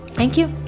thank you.